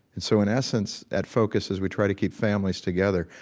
so in essence, at focus as we try to keep families together,